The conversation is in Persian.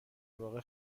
واقع